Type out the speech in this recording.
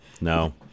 No